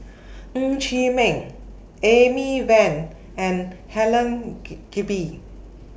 Ng Chee Meng Amy Van and Helen Gilbey